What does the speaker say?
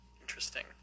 Interesting